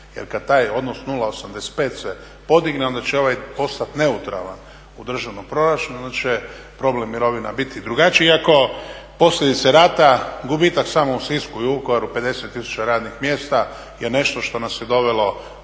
Jer kada taj odnosu 0,85 se podigne, onda će ovaj postati neutralan u državnom proračunu, onda će problem mirovina biti drugačiji iako posljedice rata, gubitak samo u Sisku i Vukovaru, 50 tisuća radnih mjesta je nešto što nas je dovelo